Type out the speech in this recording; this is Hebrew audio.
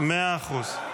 מאה אחוז.